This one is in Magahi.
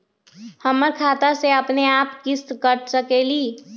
हमर खाता से अपनेआप किस्त काट सकेली?